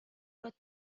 what